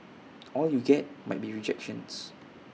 all you get might be rejections